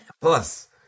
Plus